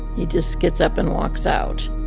he just gets up and walks out.